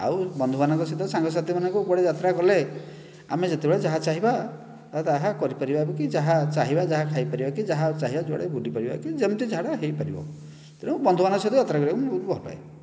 ଆଉ ବନ୍ଧୁବାନ୍ଧବଙ୍କ ସହିତ ସାଙ୍ଗମାନଙ୍କ ସହିତ କୁଆଡ଼େ ଯାତ୍ରା କଲେ ଆମେ ଯେତେବେଳେ ଯାହା ଚାହିଁବା ଆଉ ତାହା କରିପାରିବା କି ଯାହା ଚାହିଁବା ଯାହା ଖାଇପାରିବା କି ଯାହା ଚାହିଁବା ସିଆଡ଼େ ବୁଲିପାରିବା କି ଯେମିତି ଯାହା ହୋଇପାରିବ ତେଣୁ ବନ୍ଧୁମାନଙ୍କ ସହିତ ଯାତ୍ରା କରିବାକୁ ଭଲ ପାଏ